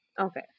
Okay